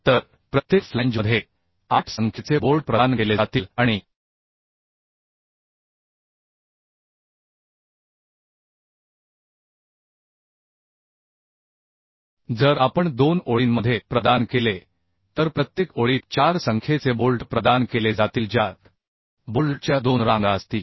तर प्रत्येक फ्लॅंजमध्ये 8 संख्येचे बोल्ड प्रदान केले जातील आणिजर आपण दोन ओळींमध्ये प्रदान केले तर प्रत्येक ओळीत 4 संख्येचे बोल्ट प्रदान केले जातील ज्यात बोल्टच्या दोन रांगा असतील